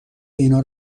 اینا